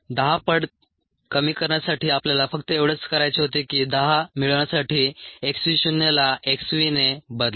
10 पट कमी करण्यासाठी आपल्याला फक्त एवढेच करायचे होते की 10 मिळवण्यासाठीx v शुन्याला x v ने बदला